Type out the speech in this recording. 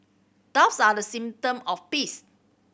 doves are the of peace